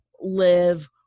live